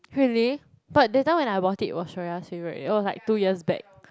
really but that time when I bought it it was soraya's favourite it was like two years back